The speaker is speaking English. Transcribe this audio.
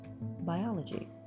Biology